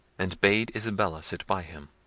and bade isabella sit by him.